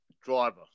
driver